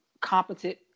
competent